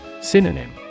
Synonym